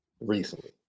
recently